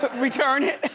but return it.